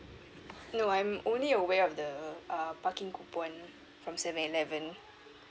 no I'm only aware of the uh parking coupon from seven eleven